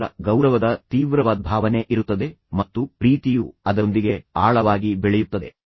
ಪರಸ್ಪರ ಗೌರವದ ತೀವ್ರವಾದ ಭಾವನೆ ಇರುತ್ತದೆ ಮತ್ತು ಪ್ರೀತಿಯು ಅದರೊಂದಿಗೆ ಆಳವಾಗಿ ಬೆಳೆಯುತ್ತದೆ